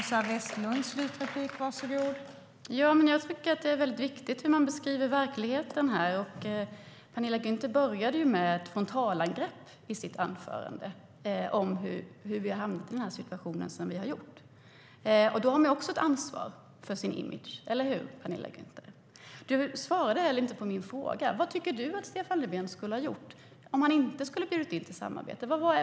Fru talman! Jag tycker att det är väldigt viktigt hur man beskriver verkligheten. Penilla Gunther började sitt anförande med ett frontalangrepp om hur vi har hamnat i den här situationen. Då har man också ett ansvar för sin image, eller hur, Penilla Gunther.Penilla Gunther svarade inte heller på min fråga om vad hon tycker att Stefan Löfven skulle ha gjort om han inte skulle ha bjudit in till samarbete?